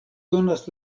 donas